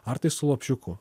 ar tai su lopšiuku